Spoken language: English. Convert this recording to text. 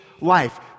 life